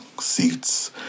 seats